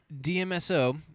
DMSO